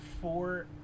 four